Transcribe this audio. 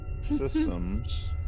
systems